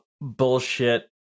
bullshit